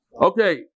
Okay